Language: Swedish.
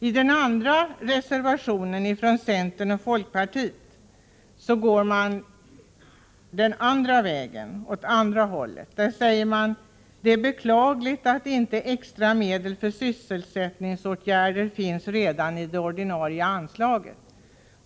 I den andra reservationen, den från centern och folkpartiet, går man åt andra hållet. Där säger man att det är beklagligt att inte extra medel för sysselsättningsåtgärder redan finns i det ordinarie anslaget.